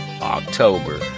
October